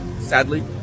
Sadly